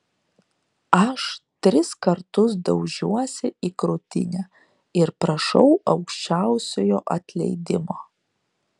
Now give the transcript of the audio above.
aš tris kartus daužiuosi į krūtinę ir prašau aukščiausiojo atleidimo